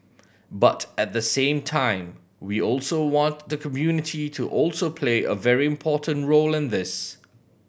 but at the same time we also want the community to also play a very important role in this